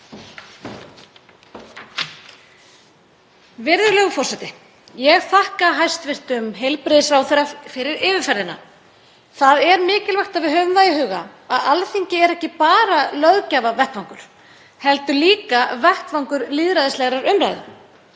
Virðulegur forseti. Ég þakka hæstv. heilbrigðisráðherra fyrir yfirferðina. Það er mikilvægt að við höfum það í huga að Alþingi er ekki bara vettvangur löggjafar heldur líka vettvangur lýðræðislegrar umræðu